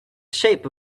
shape